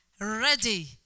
ready